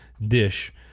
dish